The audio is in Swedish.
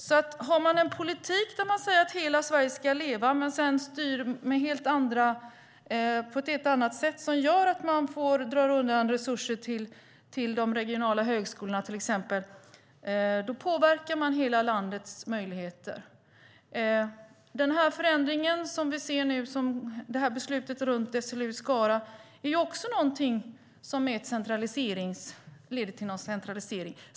Om man har en politik för att hela Sverige ska leva men sedan styr på ett helt annat sätt, genom att till exempel dra undan resurser för de regionala högskolorna, påverkar det hela landets möjligheter. Nu ser vi en förändring. Beslutet om SLU i Skara är sådant som leder till centralisering.